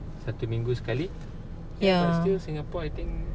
satu minggu sekali but still singapore I think